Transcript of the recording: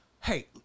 Hey